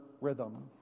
rhythm